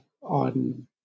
on